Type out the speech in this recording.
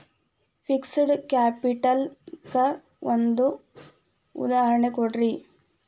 fixed capital ಕ್ಕ ಒಂದ್ ಉದಾಹರ್ಣಿ ಕೊಡ್ರಿ